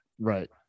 right